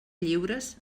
lliures